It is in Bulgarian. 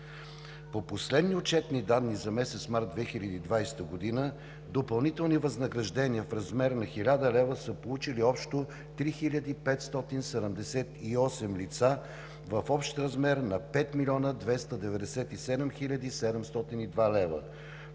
По последни отчетни данни за месец март 2020 г. допълнителни възнаграждения в размер на 1000 лв. са получили общо 3578 лица в общ размер на 5 297 702 лв.,